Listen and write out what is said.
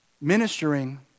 ministering